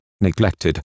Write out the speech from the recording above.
neglected